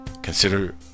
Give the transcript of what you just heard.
Consider